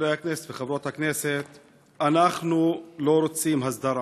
חברי הכנסת וחברות הכנסת, אנחנו לא רוצים הסדרה,